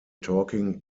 talking